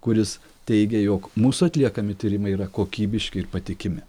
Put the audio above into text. kuris teigia jog mūsų atliekami tyrimai yra kokybiški ir patikimi